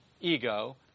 ego